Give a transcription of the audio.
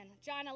John